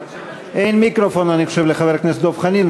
אין מיקרופון, אני חושב, לחבר הכנסת דב חנין.